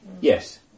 Yes